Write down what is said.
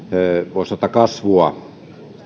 voisi sanoa kasvua